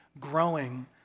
growing